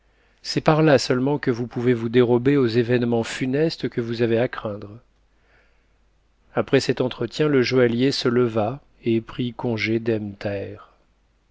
c'est par là seulement que vous pouvez vous dérober aux événements funestes que vous avez à craindre après cet entretien le joaillier se leva et prit congé d'ebn